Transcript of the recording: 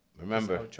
remember